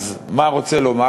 אז, מה רוצה לומר?